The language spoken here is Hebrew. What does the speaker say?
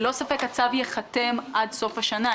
ללא ספק הצו ייחתם עד סוף השנה,